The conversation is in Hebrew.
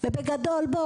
ובגדול בוא,